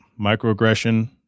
Microaggression